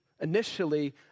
initially